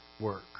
work